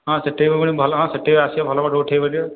ହଁ ସେଠି ବି ପୁଣି ଭଲ ହଁ ସେଠି ବି ଆସିବ ଭଲ ଫଟୋ ଉଠାଇ ପାରିବ